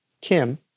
Kim